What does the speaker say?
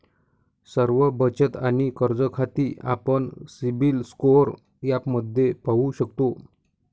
सर्व बचत आणि कर्ज खाती आपण सिबिल स्कोअर ॲपमध्ये पाहू शकतो